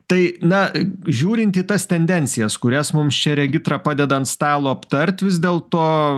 tai na žiūrint į tas tendencijas kurias mums čia regitra padeda ant stalo aptart vis dėlto